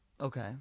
Okay